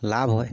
লাভ হয়